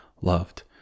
loved